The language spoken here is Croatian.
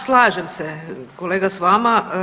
Slažem se kolega s vama.